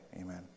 Amen